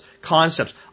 concepts